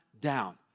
down